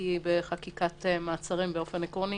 כי בחקיקת מעצרים באופן עקרוני